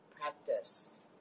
practiced